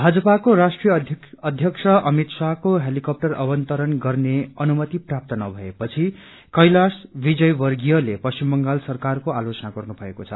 भाजपाको राष्ट्रीय अध्यक्ष अमित शाहको हेलिकाप्टर अवतरण गर्ने अनुमाति प्राप्त नभए पछि कैलाश विजयवर्गीयले पश्चिम बंगाल सरकारको आलोचना गर्नु भएको छ